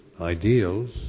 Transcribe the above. ideals